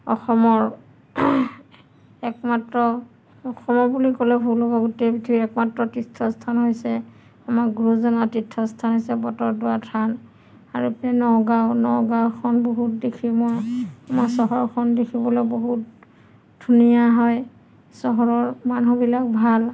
অসমৰ একমাত্ৰ অসমৰ বুলি ক'লে ভুল হ'ব গোটেই পৃথিৱীৰ একমাত্ৰ তীৰ্থস্থান হৈছে আমাৰ গুৰুজনাৰ তীৰ্থস্থান হৈছে বটদ্ৰৱা থান আৰু এ নগাঁও নগাঁওখন বহুত দেখি মই আমাৰ চহৰখন দেখিবলৈ বহুত ধুনীয়া হয় চহৰৰ মানুহবিলাক ভাল